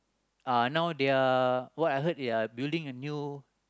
uh now they are what I heard they are building a new